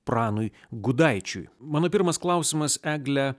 pranui gudaičiui mano pirmas klausimas egle